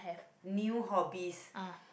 new hobbies